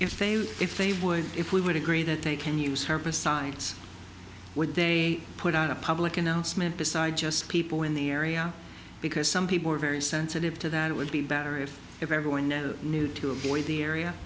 failed if they would if we would agree that they can use herbicides where they put out a public announcement besides just people in the area because some people are very sensitive to that it would be better if everyone there knew to avoid the area